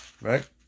right